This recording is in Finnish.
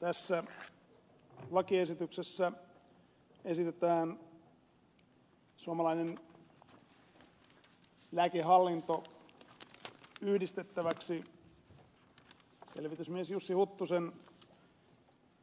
tässä lakiesityksessä esitetään suomalainen lääkehallinto yhdistettäväksi selvitysmies jussi huttusen